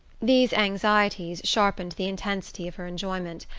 these anxieties sharpened the intensity of her enjoyment,